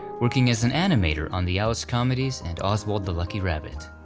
working as an animator on the alice comedies, and oswald the lucky rabbit.